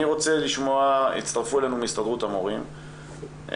הצטרפו אלינו מהסתדרות המורים,